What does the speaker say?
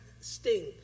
sting